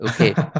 Okay